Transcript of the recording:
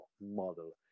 model